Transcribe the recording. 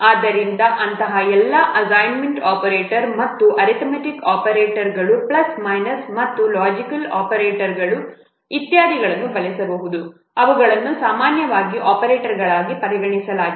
ಆದ್ದರಿಂದ ಅಂತಹ ಎಲ್ಲಾ ಅಸೈನ್ಮೆಂಟ್ ಆಪರೇಟರ್ ಮತ್ತು ಅರಿಥಮೆಟಿಕ್ ಆಪರೇಟರ್ಗಳು ಪ್ಲಸ್ ಮೈನಸ್ ಮತ್ತು ಲಾಜಿಕಲ್ ಆಪರೇಟರ್ಗಳು ಇತ್ಯಾದಿಗಳನ್ನು ಬಳಸಬಹುದು ಅವುಗಳನ್ನು ಸಾಮಾನ್ಯವಾಗಿ ಆಪರೇಟರ್ಗಳಾಗಿ ಪರಿಗಣಿಸಲಾಗುತ್ತದೆ